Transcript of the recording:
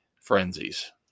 frenzies